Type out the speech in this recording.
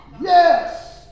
yes